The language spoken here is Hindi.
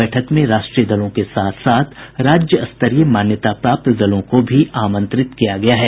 बैठक में राष्ट्रीय दलों के साथ साथ राज्यस्तरीय मान्यता प्राप्त दलों को भी आमंत्रित किया गया है